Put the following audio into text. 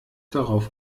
darauf